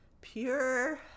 pure